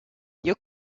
you